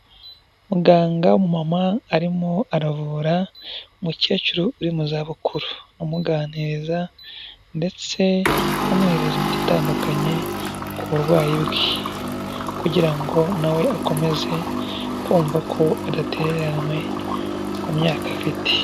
Muganga umumama arimo aravura umukecuru uri mu za bukuru, amuganiriza ndetse amwohereza imiti itandukanye ku burwayi bwe kugira ngo nawe akomeze kumva ko adatereranywe mu myaka afite,